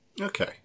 Okay